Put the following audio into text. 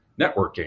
networking